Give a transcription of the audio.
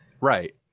Right